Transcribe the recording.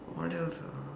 what else ah